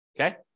Okay